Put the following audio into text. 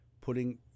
putting